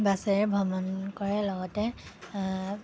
বাছেৰে ভ্ৰমণ কৰে লগতে